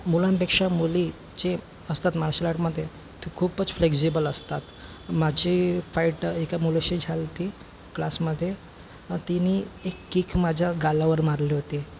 मुलांपेक्षा मुली जे असतात मार्शल आर्टमध्ये त्या खूपच फ्लेक्झिबल असतात माझी फाईट एका मुलीशी झाली होती क्लासमध्ये तिने एक किक माझ्या गालावर मारली होती